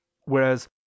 whereas